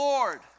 Lord